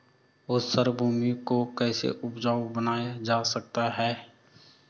ऊसर भूमि को कैसे उपजाऊ बनाया जा सकता है?